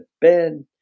bed